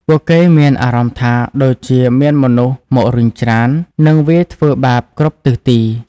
ពួកគេមានអារម្មណ៍ថាដូចជាមានមនុស្សមករុញច្រាន និងវាយធ្វើបាបគ្រប់ទិសទី។